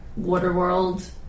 waterworld